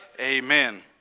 Amen